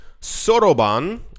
Soroban